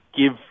give